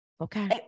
okay